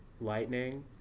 Lightning